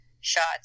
shots